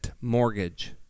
mortgage